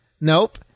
Nope